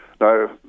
Now